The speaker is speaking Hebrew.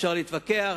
אפשר להתווכח,